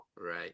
right